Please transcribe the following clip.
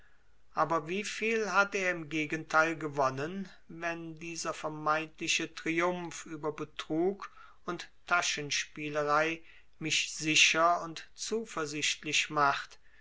aber wie viel hat er im gegenteil gewonnen wenn dieser vermeintliche triumph über betrug und taschenspielerei mich sicher und zuversichtlich macht